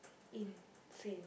insane